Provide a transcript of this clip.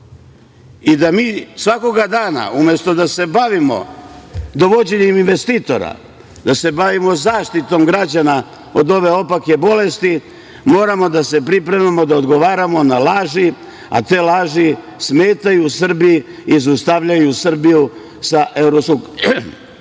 i da se mi svakog dana, umesto da se bavimo dovođenjem investitora, bavimo zaštitom građana od ove opake bolesti moramo da se pripremamo da odgovaramo na laži, a te laži smetaju Srbiji i izostavljaju Srbiju sa